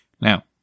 Now